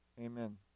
Amen